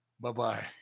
Bye-bye